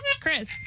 Chris